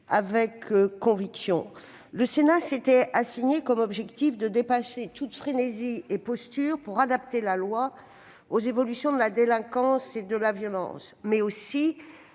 avec conviction. Le Sénat s'était assigné comme objectif de dépasser frénésie et posture pour adapter la loi aux évolutions de la délinquance et de la violence, mais aussi